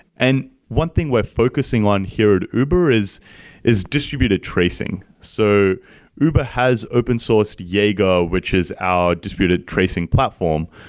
and one thing we're focusing on here at uber is is distributed tracing. so uber has open sourced jaeger, which is our distributed tracing platform,